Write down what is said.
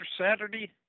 Saturday